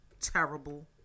terrible